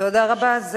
תודה רבה.